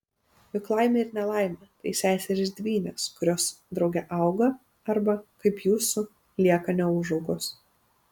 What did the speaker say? juk laimė ir nelaimė tai seserys dvynės kurios drauge auga arba kaip jūsų lieka neūžaugos